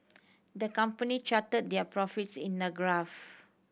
the company charted their profits in a graph